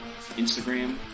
Instagram